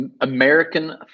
American